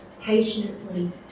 patiently